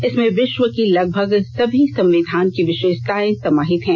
इसमें विश्व की लगभग सभी संविधान की विशेषताएं समाहित हैं